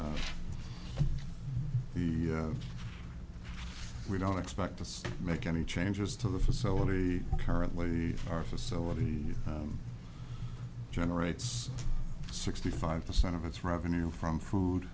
the we don't expect to make any changes to the facility currently our facility generates sixty five percent of its revenue from food